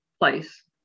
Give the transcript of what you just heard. place